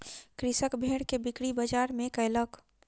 कृषक भेड़ के बिक्री बजार में कयलक